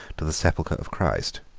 to the sepulchre of christ.